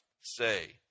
say